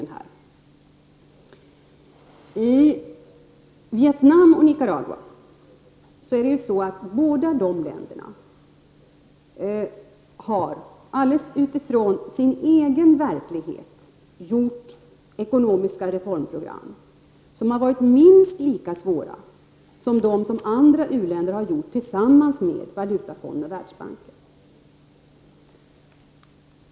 Både Vietnam och Nicaragua har helt utifrån sin egen verklighet gjort ekonomiska reformprogram. De har varit minst lika svåra att göra som dem andra u-länder gjort tillsammans med Valutafonden och Världsbanken.